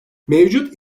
mevcut